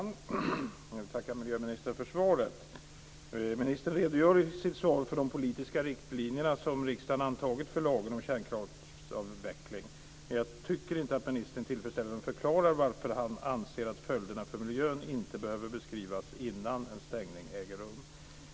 Fru talman! Jag vill tacka miljöministern för svaret. Ministern redogör i sitt svar för de politiska riktlinjer som riksdagen antagit för lagen om kärnkraftsavveckling, men jag tycker inte att ministern tillfredsställande förklarar varför han anser att följderna för miljön inte behöver beskrivas innan en stängning äger rum.